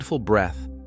breath